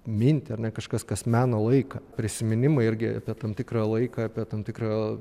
mintį ar ne kažkas kas mena laiką prisiminimai irgi apie tam tikrą laiką apie tam tikrą